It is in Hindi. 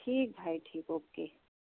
ठीक भाई ठीक ओके